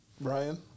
Brian